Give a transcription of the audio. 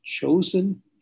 chosen